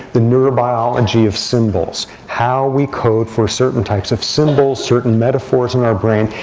the neurobiology of symbols, how we code for certain types of symbols, certain metaphors in our brain.